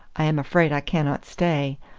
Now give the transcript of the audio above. i am afraid i cannot stay.